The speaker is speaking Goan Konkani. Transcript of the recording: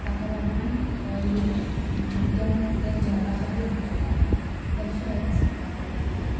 ताका लागून लोक मुद्दम ते जेवणा खातीर हांगा येता तशेंच